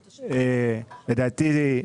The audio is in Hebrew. לדעתי,